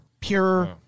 Pure